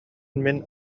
мин